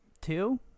Two